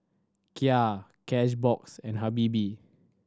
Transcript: Kia Cashbox and Habibie